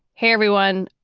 hey, everyone,